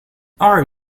are